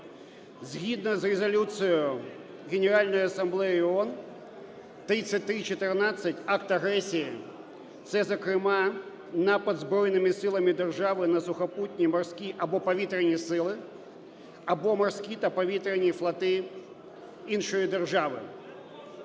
Згідно з резолюцією Генеральної Асамблеї ООН 3314 акт агресії – це, зокрема, напад збройними силами держави на сухопутні, морські або повітряні сили або морські та повітряні флоти іншої держави.